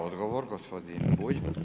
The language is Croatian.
Odgovor gospodin Bulj.